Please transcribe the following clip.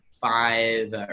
five